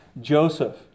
Joseph